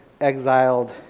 exiled